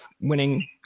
winning